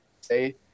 say